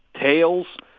tails,